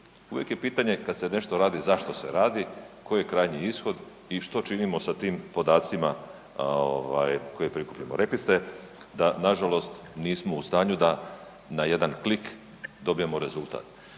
Uvijek je pitanje kad se nešto radi zašto se radi, koji je krajnji ishod i šta činimo sa tim podacima ovaj koje prikupimo. Rekli ste da nažalost nismo u stanju da na jedan klik dobijemo rezultat.